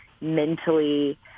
mentally